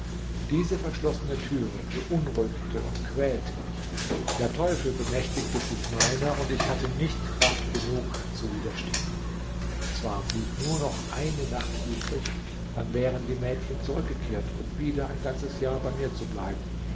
diese verschlossene türe beunruhigte und quälte mich der teufel bemächtigte sich meiner und ich hatte nicht kraft genug zu widerstehen zwar blieb nur noch eine nacht übrig dann wären die mädchen zurückgekehrt um wieder ein ganzes jahr bei mir zu bleiben